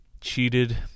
cheated